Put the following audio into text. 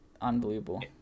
unbelievable